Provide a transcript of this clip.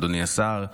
אדוני השר,